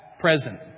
present